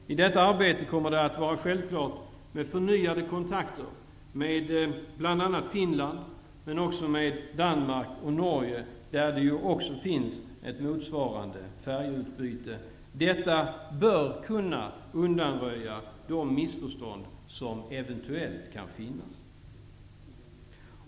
I detta arbete kommer det att vara självklart med förnyade kontakter med bl.a. Finland men också med Danmark och Norge, med vilka länder vi också har ett motsvarande färjeutbyte. Detta bör kunna undanröja de missförstånd som eventuellt kan finnas.